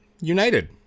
united